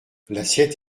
l’assiette